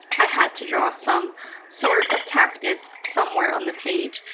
i had to draw some sort of cactus somewhere on the page,